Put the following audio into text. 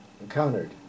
Encountered